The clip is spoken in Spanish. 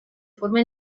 forma